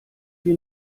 wir